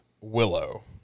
Willow